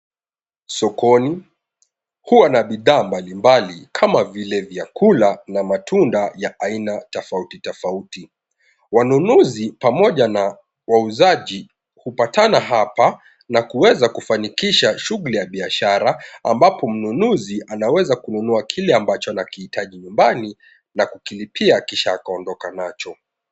Sokoni huwa na bidhaa mbalimbali kama vile vyakula na matunda vya aina tofauti tofauti. Wanunuzi pamoja na wauzaji hupatana hapa na kuweza kufanikisha shughuli za kibiashara ambapo mnunuzi anaweza kununua kile ambacho anakihitaji nyumbani na kulipia akisha ondoka nacho.